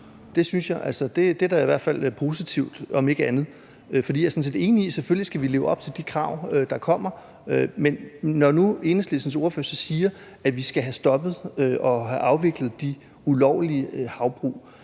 fra EU. Det er da i hvert fald positivt om ikke andet. For jeg er sådan set enig i, at vi selvfølgelig skal leve op til de krav, der kommer, men når nu Enhedslistens ordfører siger, at vi skal have stoppet og have afviklet de ulovlige havbrug,